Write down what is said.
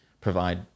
provide